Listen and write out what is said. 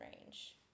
range